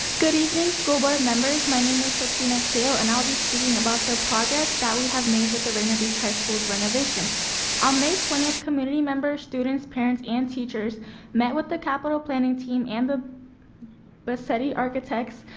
good evening school board members. my name is sokinna keo and i will be speaking about the progress we have made with the rainier beach high school's renovation. on may twenty, community members students, parents, and teachers met with the capital planning team and the but pacetti architects.